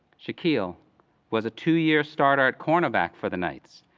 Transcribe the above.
shaquill was a two-year starter at cornerback for the knights,